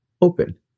open